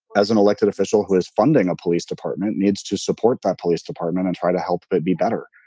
as an elected official who is funding a police department, needs to support that police department and try to help it be better.